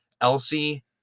Elsie